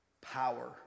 power